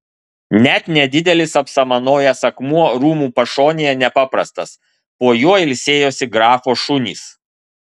net nedidelis apsamanojęs akmuo rūmų pašonėje nepaprastas po juo ilsėjosi grafo šunys